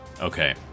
Okay